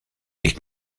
nicht